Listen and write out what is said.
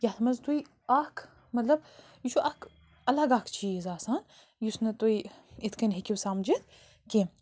یَتھ منٛز تُہۍ اَکھ مطلب یہِ چھُ اَکھ اَلگ اَکھ چیٖز آسان یُس نہٕ تُہۍ یِتھ کٔنۍ ہیٚکِو سَمجِتھ کیٚنٛہہ